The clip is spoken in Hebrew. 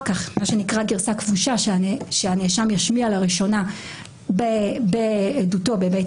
כך מה שנקרא גרסה כבושה - הנאשם ישמיע לראשונה בעדותו בבית